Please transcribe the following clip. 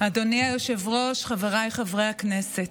אדוני היושב-ראש, חבריי חברי הכנסת,